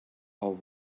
all